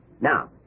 Now